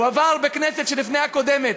הוא עבר בכנסת שלפני הקודמת.